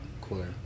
cooler